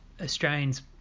Australians